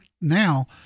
now